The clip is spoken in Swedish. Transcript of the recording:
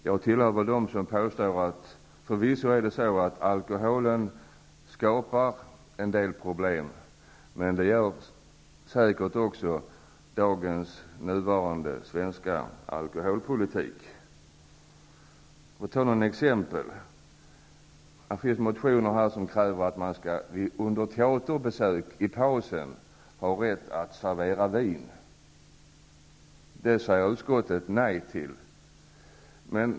Jag tillhör dem som påstår att alkoholen förvisso skapar en del problem, men det gör säkert också dagens svenska alkoholpolitik. Jag skall ta några exempel. Det finns motioner där det krävs att man på teatern skall ha rätt att servera vin under pausen. Det säger utskottet nej till.